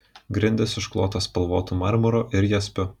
grindys išklotos spalvotu marmuru ir jaspiu